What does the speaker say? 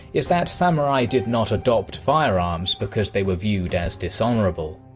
is that samurai did not adopt firearms because they were viewed as dishonourable.